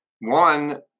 one